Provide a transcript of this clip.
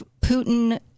putin